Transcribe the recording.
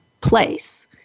place